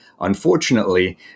Unfortunately